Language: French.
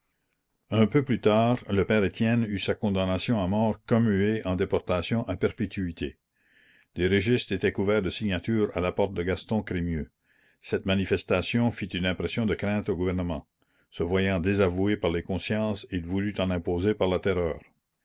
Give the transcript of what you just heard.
un peu plus tard le père etienne eut sa condamnation à mort commuée en déportation à perpétuité des registres étaient couverts de signatures à la porte de gaston crémieux cette manifestation fit une impression de crainte au gouvernement se voyant désavoué par les consciences il voulut en imposer par la terreur